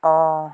অঁ